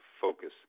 focus